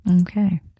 Okay